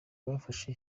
bafashe